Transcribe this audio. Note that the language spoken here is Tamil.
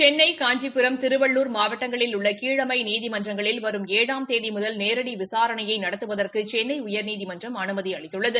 சென்னை காஞ்சிபுரம் திருவள்ளூர் மாவட்டங்களில் உள்ள கீழமை நீதிமன்றங்களில் வரும் ஏழாம் தேதி முதல் நேரடி விசாரணையை நடத்துவதற்கு சென்னை உயர்நீதிமன்றம் அனுமதி அளித்துள்ளது